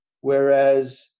Whereas